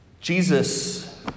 Jesus